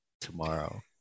tomorrow